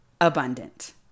abundant